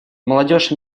молодежь